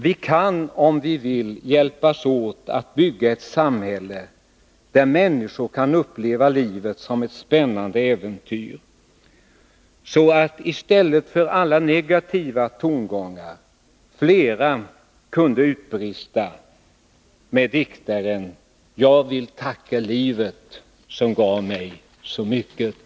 Vi kan, om vi vill, hjälpas åt att bygga ett samhälle där människor kan uppleva livet som ett spännande äventyr, så att vi i stället för alla negativa tongångar kan få höra fler utbrista med diktaren: Jag vill tacka livet som gav mig så mycket.